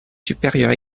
supérieurs